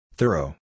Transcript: Thorough